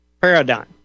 paradigm